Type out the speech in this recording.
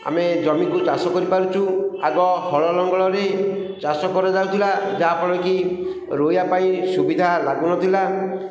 ଆମେ ଜମିକୁ ଚାଷ କରିପାରୁଛୁ ଆଗ ହଳ ଲଙ୍ଗଳରେ ଚାଷ କରାଯାଉଥିଲା ଯାହାଫଳରେ କି ରୋଇବା ପାଇଁ ସୁବିଧା ଲାଗୁନଥିଲା